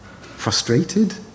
Frustrated